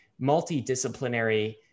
multidisciplinary